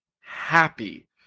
happy